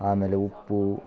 ಆಮೇಲೆ ಉಪ್ಪು